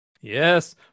Yes